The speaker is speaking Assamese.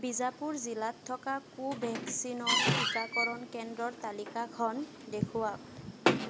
বিজাপুৰ জিলাত থকা কোভেক্সিনৰ টিকাকৰণ কেন্দ্ৰৰ তালিকাখন দেখুৱাওক